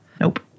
Nope